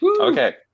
Okay